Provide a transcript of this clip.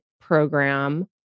program